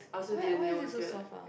why why is it so soft ah